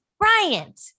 Bryant